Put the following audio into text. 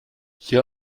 hier